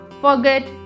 forget